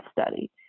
Study